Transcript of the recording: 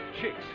Chicks